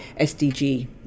SDG